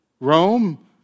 Rome